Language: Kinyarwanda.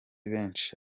benshi